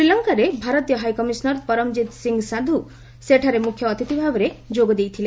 ଶ୍ରୀଲଙ୍କାରେ ଭାରତୀୟ ହାଇକମିଶନର୍ ପରମ୍ଜିତ୍ ସିଂ ସାନ୍ଧୁ ସେଠାରେ ମୁଖ୍ୟ ଅତିଥି ଭାବେ ଯୋଗ ଦେଇଥିଲେ